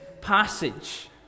passage